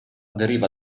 deriva